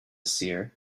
seer